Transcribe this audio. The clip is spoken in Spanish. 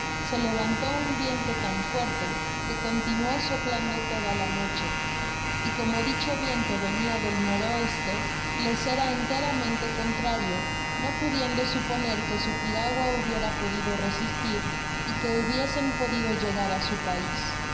se levantó un viento tan fuerte que continuó soplando toda la noche y con dicho viento venia del n o lea era enteramente contrario no pudiendo suponer que su piragua hubiera podido resistir y que hubiesen podido llegar á su pais